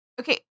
Okay